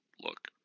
look